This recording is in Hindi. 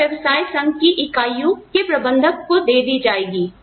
या व्यवसाय संघ की इकाइयों के प्रबंधक को दे दी जाएंगी